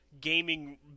gaming